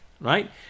Right